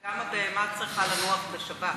שלא לדבר על זה שגם הבהמה צריכה לנוח בשבת.